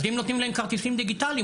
אם נותנים להם כרטיסים דיגיטליים,